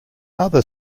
other